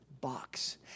box